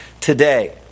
today